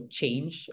change